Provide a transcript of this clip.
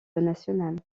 nationale